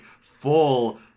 full